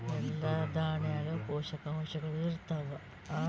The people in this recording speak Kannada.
ಎಲ್ಲಾ ದಾಣ್ಯಾಗ ಪೋಷಕಾಂಶಗಳು ಇರತ್ತಾವ?